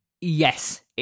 Yes